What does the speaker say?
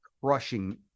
crushing